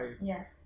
Yes